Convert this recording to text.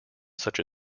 such